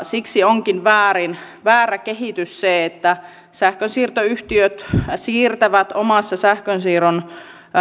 siksi onkin väärä kehitys se että sähkönsiirtoyhtiöt siirtävät omassa